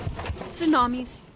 tsunamis